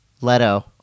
Leto